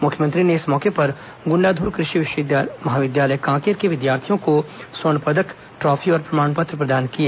मुख्यमंत्री ने इस मौके पर गुंडाध्र कृषि महाविद्यालय कांकेर के विद्यार्थियों को स्वर्ण पदक ट्रॉफी और प्रमाण पत्र प्रदान किए